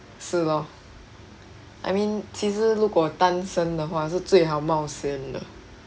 是 lor I mean 其实如果单身的话是最好冒险的